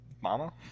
Mama